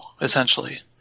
essentially